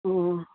অঁ